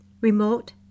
remote